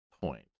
point